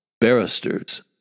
Barristers